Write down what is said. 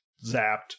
zapped